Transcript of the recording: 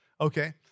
Okay